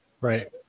Right